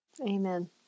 Amen